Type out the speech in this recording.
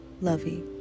lovey